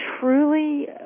truly